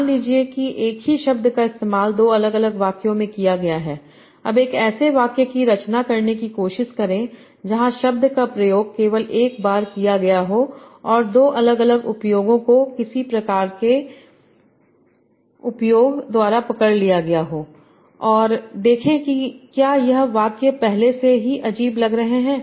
मान लीजिए कि एक ही शब्द का इस्तेमाल दो अलग अलग वाक्यों में किया गया है अब एक ऐसे वाक्य की रचना करने की कोशिश करें जहाँ शब्द का प्रयोग केवल एक बार किया गया हो और दो अलग अलग उपयोगों को किसी प्रकार के उपभोग द्वारा पकड़ लिया गया हो और देखें कि क्या यह वाक्य पहले से ही अजीब लग रहे हैं